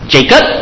Jacob